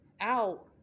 out